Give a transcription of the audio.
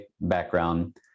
background